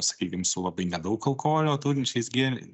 sakykim su labai nedaug alkoholio turinčiais gė